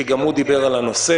כי גם הוא דיבר על הנושא,